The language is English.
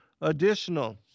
Additional